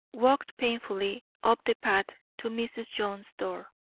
walked painfully up the path to mrs. jones's door.